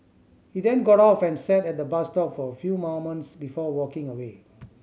he then got off and sat at the bus stop for a few moments before walking away